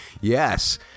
Yes